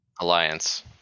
alliance